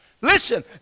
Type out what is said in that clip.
Listen